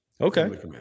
Okay